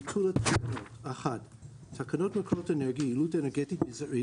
ביטול תקנות תקנות מקורות אנרגיה (יעילות אנרגטית מזערית